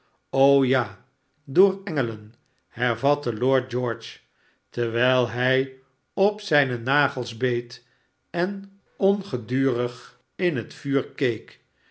ja door engelen hervatte lord george terwijl hij op zijne nagels beet en ongedurig in het vuur